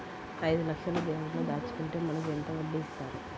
ఐదు లక్షల బ్యాంక్లో దాచుకుంటే మనకు ఎంత వడ్డీ ఇస్తారు?